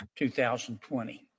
2020